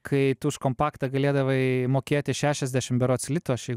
kai tu už kompaktą galėdavai mokėti šešiasdešim berods litų aš jeigu